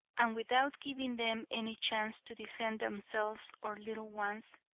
and without giving them any chance to defend themselves or little ones,